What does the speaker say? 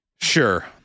Sure